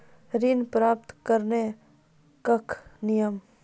ऋण प्राप्त करने कख नियम?